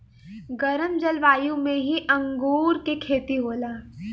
गरम जलवायु में ही अंगूर के खेती होला